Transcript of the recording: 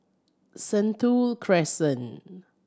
Sentul Crescent